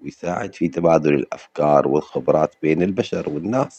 ويساعد في تبادل الأفكار والخبرات بين البشر والناس.